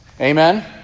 amen